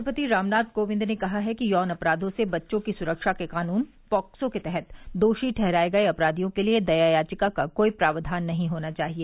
राष्ट्रपति रामनाथ कोविंद ने कहा है कि यौन अपराधों से बच्चों की सुरक्षा के कानून पॉक्सो के तहत दोषी ठहराए गए अपराधियों के लिए दया याचिका का कोई प्राव्यान नहीं होना चाहिए